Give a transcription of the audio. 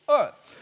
earth